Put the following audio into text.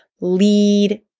lead